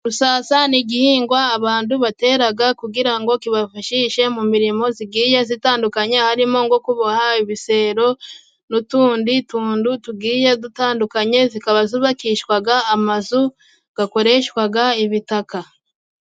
Urusasa ni igihingwa abantu batera kugira ngo kibafashishe mu mirimo igiye itandukanye, harimo nko kuboha ibisero n'utundi tuntu tugiye dutandukanye, ikaba yubakishwa amazu akoreshwa ibitaka.